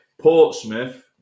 Portsmouth